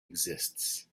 exists